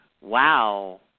wow